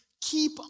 Keep